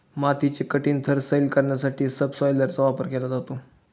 मातीचे कठीण थर सैल करण्यासाठी सबसॉयलरचा वापर केला जातो